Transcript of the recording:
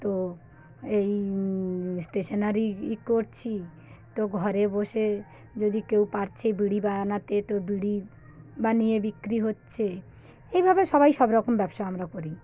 তো এই স্টেশনারি ইয়ে করছি তো ঘরে বসে যদি কেউ পারছে বিড়ি বানাতে তো বিড়ি বানিয়ে বিক্রি হচ্ছে এইভাবে সবাই সব রকম ব্যবসা আমরা করি